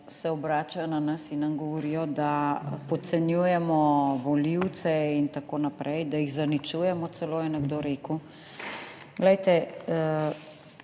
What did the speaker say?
se obračajo na nas in nam govorijo, da podcenjujemo volivce in tako naprej, da jih zaničujemo, celo je nekdo rekel. glejte,